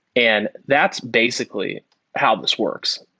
and that's basically how this works.